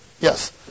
Yes